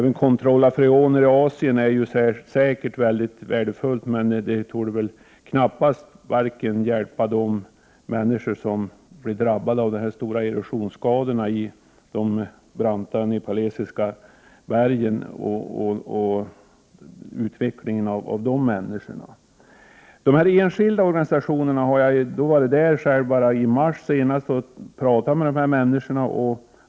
En kontroll av freoneri Asien är säkert mycket värdefull, men den torde knappast hjälpa de människor som blir drabbade av de stora erosionsskadorna i de branta nepalesiska bergen eller bidra till utvecklingen i landet. Jag var i Nepal i mars och talade då med personer som verkar inom de uppräknade enskilda organisationerna.